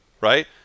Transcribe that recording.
right